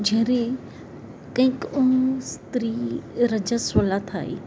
જ્યારે કંઇક સ્ત્રી રજસ્વલા થાય